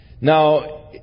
Now